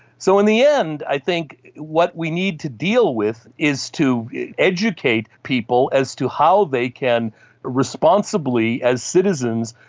so in the end i think what we need to deal with is to educate people as to how they can responsibly, as citizens,